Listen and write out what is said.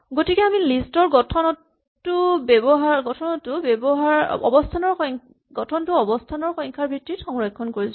গতিকে আমি লিষ্ট ৰ গঠনটো অৱস্হানৰ সংখ্যাৰ ভিত্তিত সংৰক্ষণ কৰিছোঁ